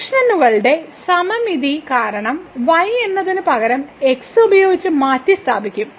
ഫംഗ്ഷനുകളുടെ സമമിതി കാരണം y എന്നതിന് പകരം x ഉപയോഗിച്ച് മാറ്റിസ്ഥാപിക്കും